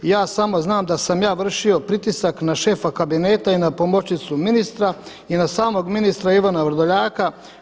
Ja samo znam da sam ja vršio pritisak na šefa kabineta i na pomoćnicu ministra i na samog ministra Ivana Vrdoljaka.